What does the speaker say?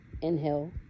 inhale